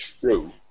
True